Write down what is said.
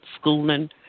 schooling